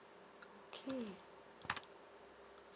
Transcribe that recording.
okay